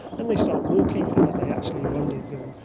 and they start walking, and that they actually rendezvous.